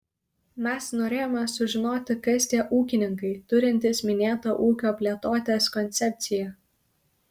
mes norėjome sužinoti kas tie ūkininkai turintys minėtą ūkio plėtotės koncepciją